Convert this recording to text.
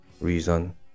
reason